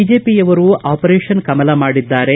ಬಿಜೆಪಿಯವರು ಆಪರೇಷನ್ ಕಮಲ ಮಾಡಿದ್ದಾರೆ